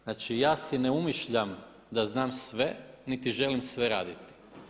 Znači ja si ne umišljam da znam sve, niti želim sve raditi.